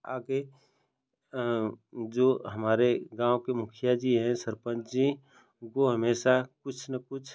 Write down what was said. आगे जो हमारे गाँव के मुखिया जी हैं सरपंच जी वह हमेशा कुछ न कुछ